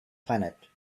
planet